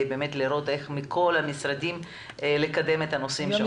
לראות איך מכל המשרדים אפשר לקדם את הנושאים.